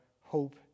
hope